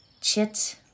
Chit